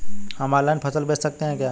हम ऑनलाइन फसल बेच सकते हैं क्या?